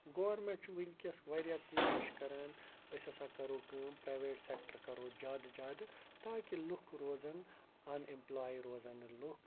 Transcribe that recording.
government چھُ وٕنکٮ۪س واریاہ کوٗشِش کَران أسۍ ہَسا کَرو کٲم پرٛیویٹ سٮ۪کٹَر کَرو زیادٕ زیادٕ تاکہِ لُکھ روزَن اَن امپلاے روزَن نہٕ لُکھ